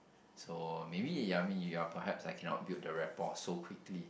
so maybe yeah me yeah perhaps I cannot build the rapport so quickly